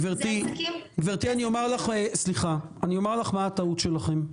גברתי, אני אומר לך מה הטעות שלכם,